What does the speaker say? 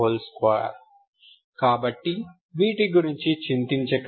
22n22 కాబట్టి వీటి గురించి చింతించకండి